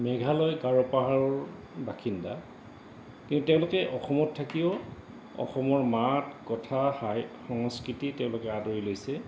মেঘালয় গাৰোপাহাৰ বাসিন্দা কিন্তু তেওঁলোকে অসমত থাকিও অসমৰ মাত কথা সংস্কৃতি তেওঁলোকে আদৰি লৈছে